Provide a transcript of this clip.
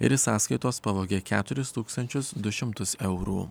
ir iš sąskaitos pavogė keturis tūkstančius du šimtus eurų